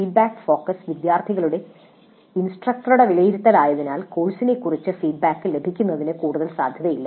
feedback focus വിദ്യാർത്ഥികളുടെ ഇൻസ്ട്രക്ടറുടെ വിലയിരുത്തലായതിനാൽ കോഴ്സിനെക്കുറിച്ച് ഫീഡ്ബാക്ക് ലഭിക്കുന്നതിന് കൂടുതൽ സാധ്യതയില്ല